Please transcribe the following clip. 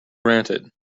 granted